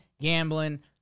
gambling